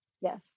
Yes